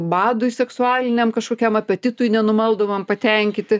badui seksualiniam kažkokiam apetitui nenumaldomam patenkyti